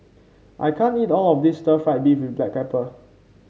I can't eat all of this Stir Fried Beef with Black Pepper